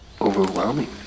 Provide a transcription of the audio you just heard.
overwhelming